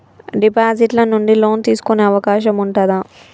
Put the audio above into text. Deposit ల నుండి loan తీసుకునే అవకాశం ఉంటదా?